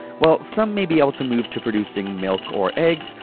while some may be able to move to producing milk or eggs,